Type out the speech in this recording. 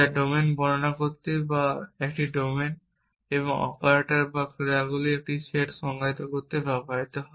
যা ডোমেন বর্ণনা করতে বা একটি ডোমেন এবং অপারেটর বা ক্রিয়াগুলির একটি সেট সংজ্ঞায়িত করতে ব্যবহৃত হয়